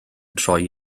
troi